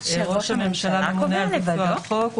שראש הממשלה ממונה על ביצוע החוק.